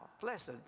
blessed